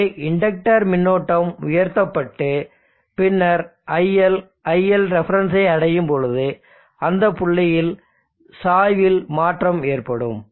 எனவே இண்டக்டர் மின்னோட்டம் உயர்த்தப்பட்டு பின்னர் iL iLref ஐ அடையும் பொழுது அந்தப் புள்ளியில் சாய்வில் மாற்றம் ஏற்படும்